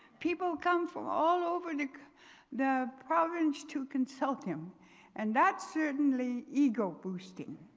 people come from all over the province to consult him and that's certainly ego-boosting.